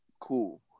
Cool